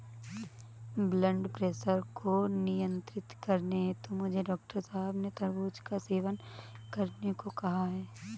blood pressure को नियंत्रित करने हेतु मुझे डॉक्टर साहब ने तरबूज का सेवन करने को कहा है